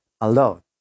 alone